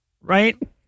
right